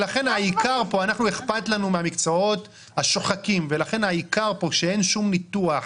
לנו אכפת מהמקצועות השוחקים ולכן העיקר כאן הוא שאין כל ניתוח